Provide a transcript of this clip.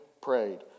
prayed